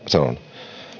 sanon